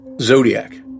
Zodiac